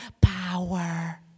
power